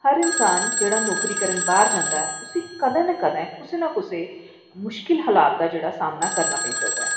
हर इन्सान जेह्ड़ा नौकरी करन बाह्र जंदा ऐ उसी कदें ना कदें कुसै ना कुसै मुश्किल हालात दा जेह्ड़ा सामना ऐ करना पेई सकदा ऐ